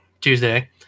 Tuesday